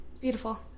beautiful